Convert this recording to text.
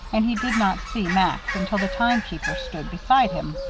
and he did not see max until the timekeeper stood beside him.